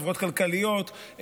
חברות כלכליות,